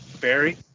Barry